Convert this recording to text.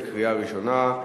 קריאה ראשונה.